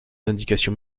indications